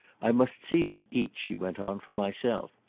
i must see them each, she went on, for myself.